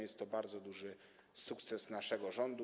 Jest to bardzo duży sukces naszego rządu.